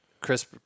chris